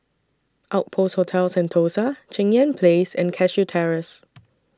Outpost Hotel Sentosa Cheng Yan Place and Cashew Terrace